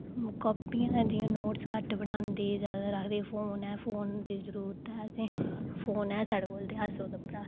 कापियां गै जि'यां नोटस घट्ट बनांदे जादातर आखदे फोन ऐ फोन दी जरुरत ऐ असें फोन ऐ साढ़े कोल ते अस ओह्दे उप्परा